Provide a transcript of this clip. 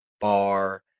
bar